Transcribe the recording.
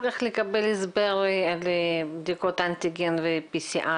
כך לקבל הסבר לבדיקות אנטיגן ו-PCR?